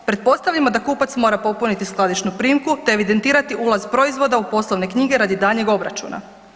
Pretpostavimo da kupac mora popuniti skladišnu primku te evidentirati ulaz proizvoda u poslovne knjige radi daljnjeg obračuna.